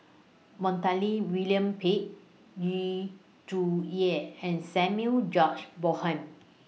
Montague William Pett Yu Zhuye and Samuel George Bonham